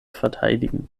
verteidigen